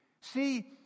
See